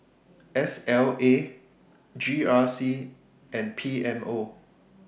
S L A G R C and P M O